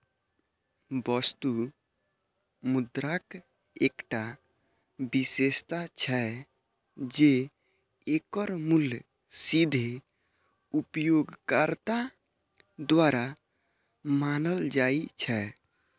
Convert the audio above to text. वस्तु मुद्राक एकटा विशेषता छै, जे एकर मूल्य सीधे उपयोगकर्ता द्वारा मानल जाइ छै